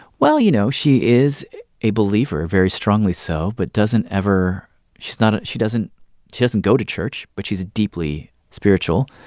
well, you know, she is a believer, very strongly so, but doesn't ever she's not she doesn't she doesn't go to church, but she's deeply spiritual,